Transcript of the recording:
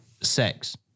sex